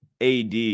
ad